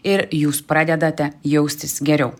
ir jūs pradedate jaustis geriau